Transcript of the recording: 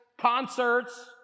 concerts